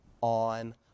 on